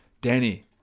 Danny